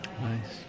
Nice